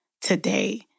today